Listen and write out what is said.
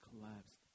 collapsed